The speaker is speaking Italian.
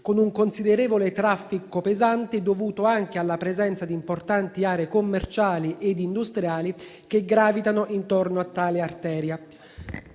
con un considerevole traffico pesante dovuto anche alla presenza di importanti aree commerciali ed industriali che gravitano intorno a tale arteria.